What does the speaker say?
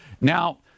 Now